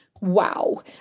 Wow